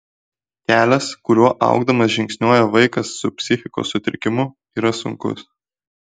kelias kuriuo augdamas žingsniuoja vaikas su psichikos sutrikimu yra sunkus